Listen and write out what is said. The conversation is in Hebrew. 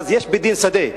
כבר יש בית-דין שדה.